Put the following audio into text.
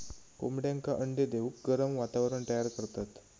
कोंबड्यांका अंडे देऊक गरम वातावरण तयार करतत